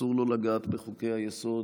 אסור לו לגעת בחוקי-היסוד.